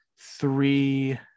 Three